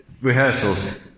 rehearsals